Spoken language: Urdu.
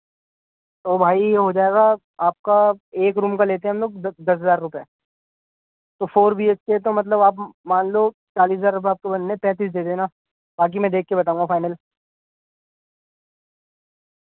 تو بھائی یہ ہو جائے گا آپ کا ایک روم کا لیتے ہم لوگ دس دس ہزار روپے تو فور بی ایچ کے تو مطلب آپ مان لو چالیس ہزار روپے آپ کو بننے پینتیس دے دینا باقی میں دیکھ کے بتاؤں گا فائنل